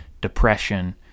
depression